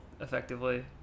effectively